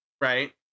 right